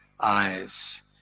eyes